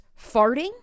farting